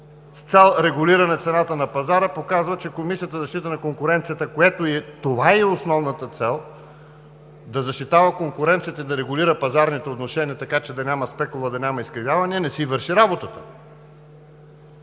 цел регулиране цената на пазара показва, че Комисията за защита на конкуренцията, на която това и е основната цел – да защитава конкуренцията и да регулира пазарните отношения, така че да няма спекула, да няма изкривяване – не си върши работата.